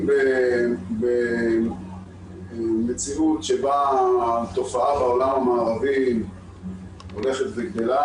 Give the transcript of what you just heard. נמצאים במציאות שבה התופעה בעולם המערבי הולכת וגדלה.